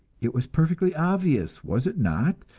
it was perfectly obvious, was it not,